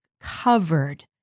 covered